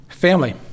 Family